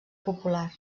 popular